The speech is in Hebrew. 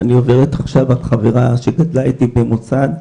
אני עוברת עכשיו על חברה שגדלה איתי במוסד,